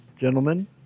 gentlemen